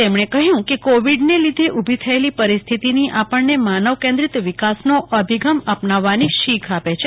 તેમણે કહ્યું કે કોવિડનાં લીધે ઉભી થયેલી પરિસ્થિતી આપણને માનવકેન્દ્રીત વિકાસનો અભિગમ આપનાવવાની શીખ આપે છે